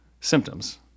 symptoms